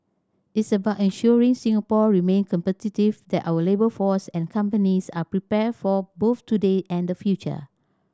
it's about ensuring Singapore remain competitive that our labour force and companies are prepared for both today and the future